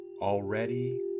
already